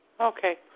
okay